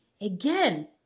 Again